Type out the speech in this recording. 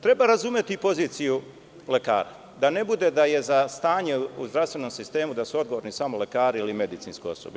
Treba razumeti poziciju lekara, da ne bude da je za stanje u zdravstvenom sistemu odgovorni samo lekari ili medicinsko osoblje.